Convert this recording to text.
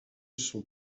son